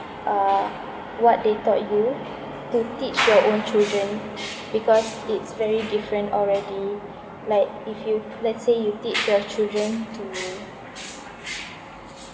uh what they taught you to teach your own children because it's very different already like if you let's say you teach your children to